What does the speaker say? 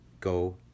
go